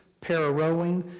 para-rowing,